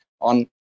on